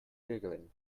giggling